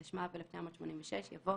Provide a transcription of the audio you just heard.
התשמ"ו-1986" יבוא